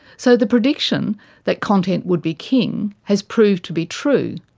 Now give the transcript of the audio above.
so the prediction that content would be king has proved to be true,